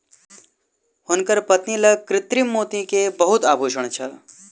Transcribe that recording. हुनकर पत्नी लग कृत्रिम मोती के बहुत आभूषण छल